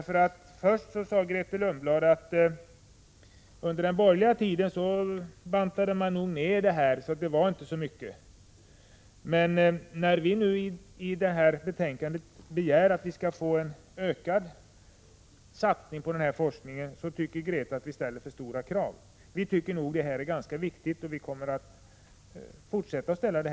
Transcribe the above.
Först sade hon att man under den borgerliga tiden bantade ned på det här området, så att det inte var så mycket. När vi nu i det här betänkandet begär en ökad satsning på denna forskning, tycker Grethe Lundblad att vi ställer för stora krav. Vi tycker att det här kravet är ganska viktigt, och vi kommer nog att fortsätta att ställa det.